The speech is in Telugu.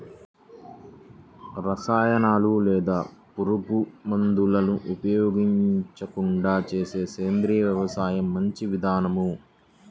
రసాయనాలు లేదా పురుగుమందులు ఉపయోగించకుండా చేసే సేంద్రియ వ్యవసాయం మంచి విధానం